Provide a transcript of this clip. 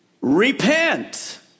repent